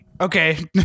Okay